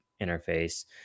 interface